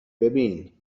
ببین